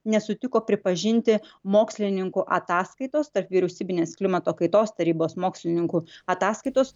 nesutiko pripažinti mokslininkų ataskaitos tarpvyriausybinės klimato kaitos tarybos mokslininkų ataskaitos